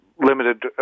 Limited